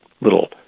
Little